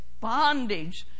bondage